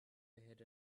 ahead